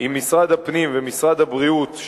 עם משרד הפנים ומשרד הבריאות,